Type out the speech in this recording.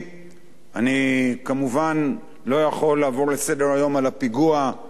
אני כמובן לא יכול לעבור לסדר-היום על הפיגוע המזעזע,